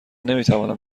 نمیتوانم